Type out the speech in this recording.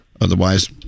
Otherwise